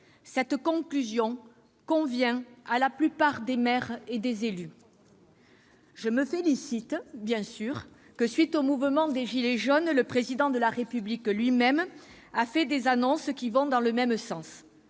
Cette conclusion convient à la plupart des maires et des élus. Je me félicite bien sûr que, à la suite du mouvement des « gilets jaunes », le Président de la République lui-même ait fait des annonces qui vont dans le même sens.